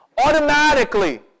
Automatically